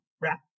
wrap